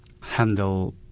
handle